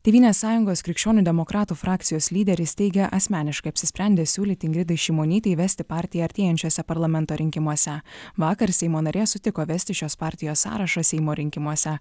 tėvynės sąjungos krikščionių demokratų frakcijos lyderis teigia asmeniškai apsisprendęs siūlyti ingridai šimonytei vesti partiją artėjančiuose parlamento rinkimuose vakar seimo narė sutiko vesti šios partijos sąrašą seimo rinkimuose